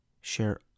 share